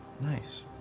Nice